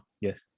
yes